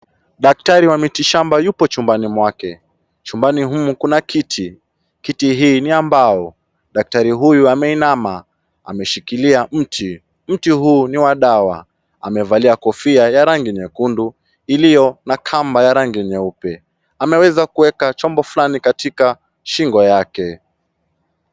Daktari wa miti shamba yupo chumbani mwake. Chumbani humu kuna kiti. Kiti hii ni ya mbao. Daktari huyu ameinanama, ameshikilia mti. Mti huu ni wa dawa. Amevalia kofia ya rangi nyekundu iliyo na kamba ya rangi nyeupe. Ameweza kuweka chombo fulani katika shingo yake.